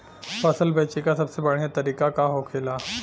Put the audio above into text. फसल बेचे का सबसे बढ़ियां तरीका का होखेला?